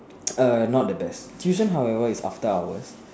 err not the best tuition however is after hours